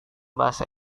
bahasa